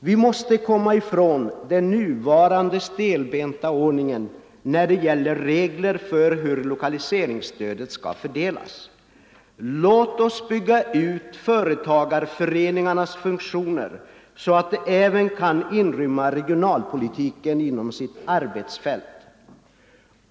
Vi måste komma ifrån den nuvarande stelbenta ordningen när det gäller regler för hur lokaliseringsstödet skall fördelas. Låt oss bygga ut företagarföreningarnas funktioner så att de även kan inrymma regionalpolitiken inom sitt arbetsfält.